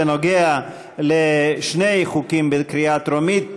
בנוגע לשתי הצעות בקריאה הטרומית,